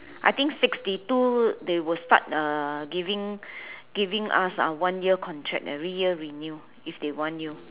I think sixty two they will start uh giving giving us one year contract every year renew if they want you